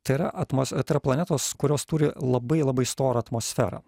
tai yra atmos tai yra planetos kurios turi labai labai storą atmosferą